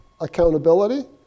accountability